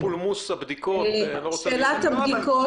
בלי פולמוס הבדיקות, אני לא רוצה להיכנס לזה.